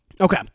Okay